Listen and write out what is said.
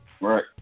Right